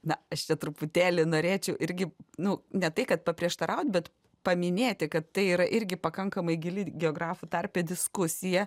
ne aš čia truputėlį norėčiau irgi nu ne tai kad paprieštaraut bet paminėti kad tai yra irgi pakankamai gili geografų tarpe diskusija